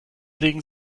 legen